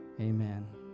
Amen